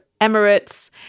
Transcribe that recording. Emirates